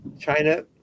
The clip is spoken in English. china